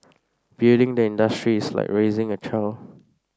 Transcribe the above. building the industry is like raising a child